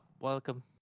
welcome